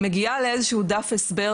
היא מגיעה לאיזשהו דף הסבר